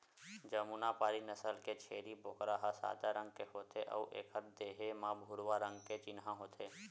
जमुनापारी नसल के छेरी बोकरा ह सादा रंग के होथे अउ एखर देहे म भूरवा रंग के चिन्हा होथे